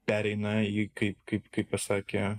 pereina į jį kaip kaip kaip pasakė